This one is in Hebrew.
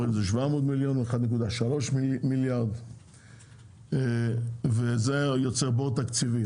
אם זה 700 מיליון או 1.3 מיליארד וזה יוצר בור תקציבי,